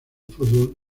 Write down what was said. fútbol